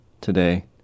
today